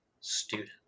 student